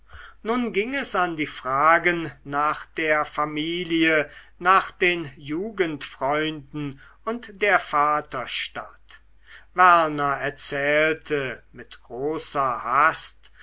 nun ging es an ein fragen nach der familie nach den jugendfreunden und der vaterstadt werner erzählte mit großer hast